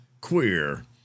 queer